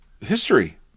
history